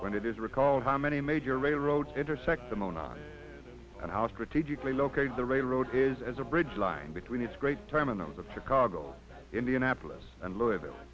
when it is recalled how many major railroads intersect the monaro and how strategically located the railroad is as a bridge line between its great terminals the picabo indianapolis and louisville